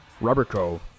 Rubberco